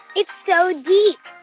it's so deep.